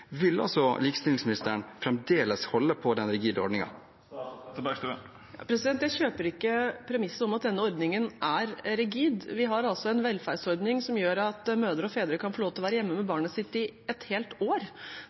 Vil likestillingsministeren fremdeles holde på den rigide ordningen? Jeg kjøper ikke premisset om at denne ordningen er rigid. Vi har en velferdsordning som gjør at mødre og fedre kan få lov til å være hjemme med barnet sitt i et helt år.